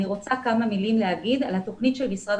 אני רוצה כמה מלים לומר על התוכנית של משרד